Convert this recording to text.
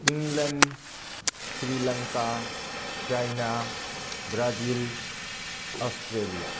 ꯏꯪꯂꯟ Sri Lanka China Brazil Australia